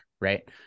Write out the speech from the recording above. Right